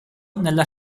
nella